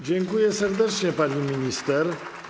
Dziękuję serdecznie, pani minister.